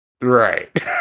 Right